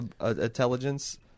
intelligence